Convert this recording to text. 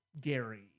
Gary